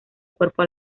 cuerpo